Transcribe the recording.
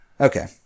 Okay